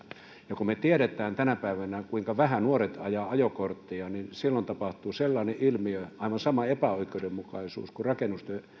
ja kun me tiedämme tänä päivänä kuinka vähän nuoret ajavat ajokortteja niin silloin tapahtuu sellainen ilmiö aivan sama epäoikeudenmukaisuus kuin rakennusten